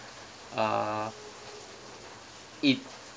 uh it